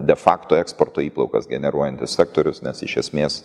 defekto eksporto įplaukas generuojantis sektorius nes iš esmės